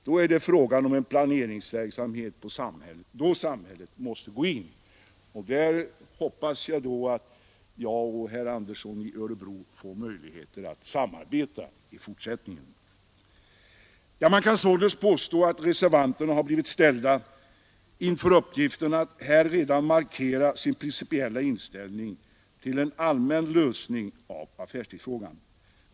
Då är det fråga om en planeringsverksamhet där samhället måste gå in. Och här hoppas jag att herr Andersson i Örebro och jag får möjligheter att samarbeta i fortsättningen. Man kan således påstå att reservanterna har blivit ställda inför uppgiften att redan här markera sin principiella inställning till en allmän lösning av affärstidsfrågan.